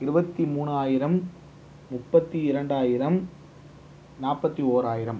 இருபத்தி மூணாயிரம் முப்பத்தி இரண்டாயிரம் நாற்பத்தி ஓராயிரம்